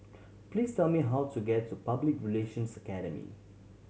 please tell me how to get to Public Relations Academy